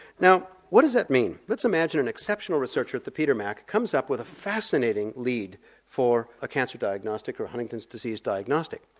now what does that mean? let's imagine an exceptional researcher at the peter mac comes up with a fascinating lead for a cancer diagnostic or a huntington's disease diagnostic.